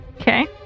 Okay